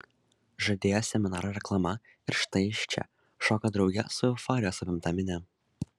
žadėjo seminaro reklama ir štai jis čia šoka drauge su euforijos apimta minia